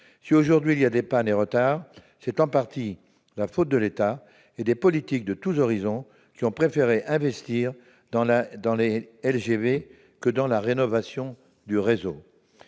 Si, aujourd'hui, il y a des pannes et des retards, c'est en partie la faute de l'État et des politiques de tous horizons, qui ont préféré investir dans les LGV plutôt que dans la rénovation du réseau.